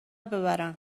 ببرن